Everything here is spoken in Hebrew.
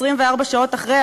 24 שעות אחרי,